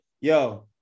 yo